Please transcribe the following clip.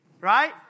Right